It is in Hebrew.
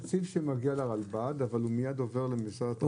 זה תקציב שמגיע לרלב"ד אבל הוא מיד עובר למשרד התחבורה.